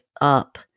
up